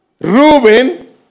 Reuben